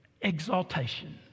exaltation